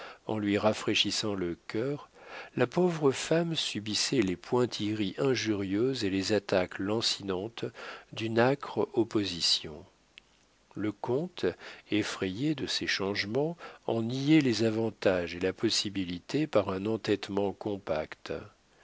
en lui rafraîchissant le cœur la pauvre femme subissait les pointilleries injurieuses et les attaques lancinantes d'une âcre opposition le comte effrayé de ces changements en niait les avantages et la possibilité par un entêtement compacte